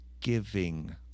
giving